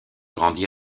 grandit